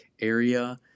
area